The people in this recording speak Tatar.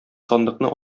сандыкны